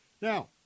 Now